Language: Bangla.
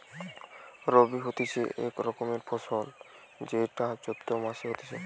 রবি হতিছে এক রকমের ফসল যেইটা চৈত্র মাসে হতিছে